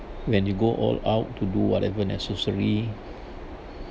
when you go all out to do whatever necessary